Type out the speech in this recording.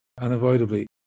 unavoidably